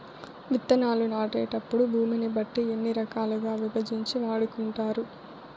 విత్తనాలు నాటేటప్పుడు భూమిని బట్టి ఎన్ని రకాలుగా విభజించి వాడుకుంటారు?